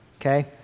Okay